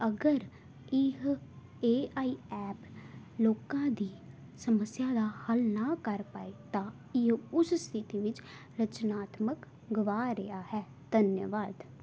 ਅਗਰ ਇਹ A I app ਲੋਕਾਂ ਦੀ ਸਮੱਸਿਆ ਦਾ ਹੱਲ ਨਾ ਕਰ ਪਾਏ ਤਾਂ ਇਹ ਉਸ ਸਥਿਤੀ ਵਿੱਚ ਰਚਨਾਤਮਕ ਗਵਾ ਰਿਹਾ ਹੈ ਧੰਨਵਾਦ